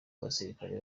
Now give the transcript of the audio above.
basirikare